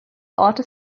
ortes